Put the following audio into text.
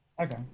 Okay